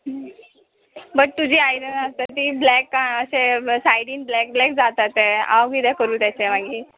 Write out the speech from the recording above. but तुजी आयदन आसता ती ब्लॅक अशें सायडीन ब्लॅक ब्लॅक जाता ते हांव कितें करूं तेचे मागीर